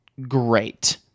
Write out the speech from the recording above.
great